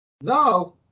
No